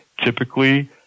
typically